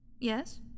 Yes